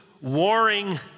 warring